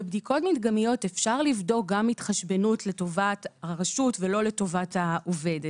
בבדיקות מדגמיות אפשר לבדוק גם התחשבנות לטובת הרשות ולא לטובת העובד.